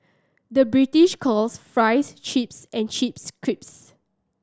the British calls fries chips and chips